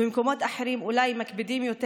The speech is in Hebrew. ובמקומות אחרים אולי מקפידים יותר.